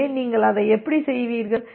எனவே நீங்கள் அதை எப்படி செய்வீர்கள்